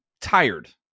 tired